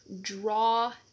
draw